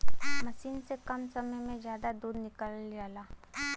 मसीन से कम समय में जादा दूध निकालल जाला